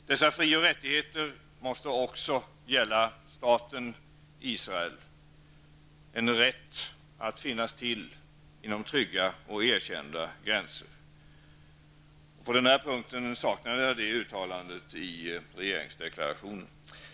Dessa fri och rättigheter måste också gälla staten Israel. Det gäller rätten att finnas till inom trygga och erkända gränser. På denna punkt saknade jag ett uttalande i regeringsdeklarationen.